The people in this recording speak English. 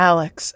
Alex